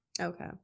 okay